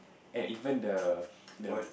and even the the